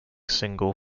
single